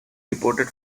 reported